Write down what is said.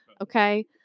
Okay